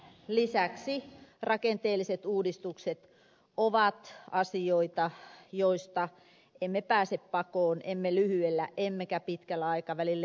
lisäksi rakenteelliset uudistukset ovat asioita joita emme pääse pakoon emme lyhyellä emmekä pitkällä aikavälillä